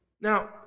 Now